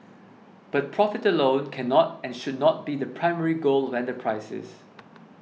but profit alone cannot and should not be the primary goal of enterprises